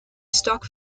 stock